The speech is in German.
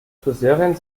friseurin